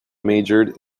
majored